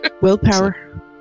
Willpower